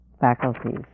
faculties